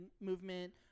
movement